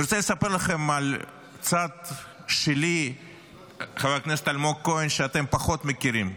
אני רוצה לספר לכם על הצד שלי שאתם פחות מכירים.